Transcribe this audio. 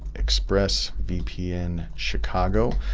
expressvpn chicago.